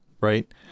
right